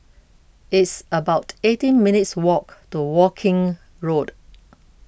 it's about eighteen minutes' walk to Woking Road